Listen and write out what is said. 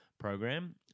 program